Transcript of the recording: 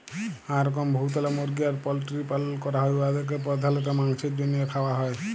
হাঁ রকম বহুতলা মুরগি আর পল্টিরির পালল ক্যরা হ্যয় উয়াদেরকে পর্ধালত মাংছের জ্যনহে খাউয়া হ্যয়